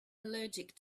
allergic